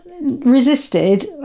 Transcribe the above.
resisted